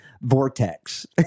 vortex